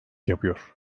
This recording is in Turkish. yapıyor